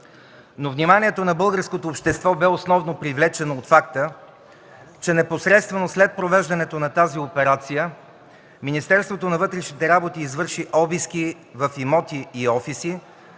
Но вниманието на българското общество бе основно привлечено от факта, че непосредствено след провеждането на тази операция Министерството на вътрешните работи извърши обиски в имоти и офиси,